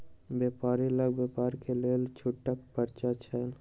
व्यापारी लग व्यापार के लेल छूटक पर्चा छल